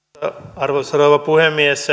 arvoisa rouva puhemies